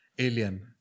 Alien